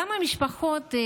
כמה משפחות,